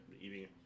eating